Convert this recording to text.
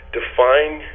define